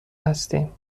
هستیم